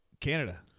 Canada